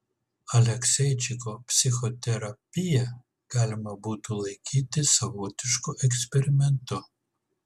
alekseičiko psichoterapiją galima būtų laikyti savotišku eksperimentu